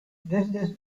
this